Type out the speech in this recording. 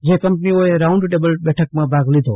જે કંપનીઓએ round table બેઠકમાં ભાગ લીધો